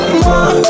more